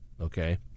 okay